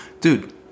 dude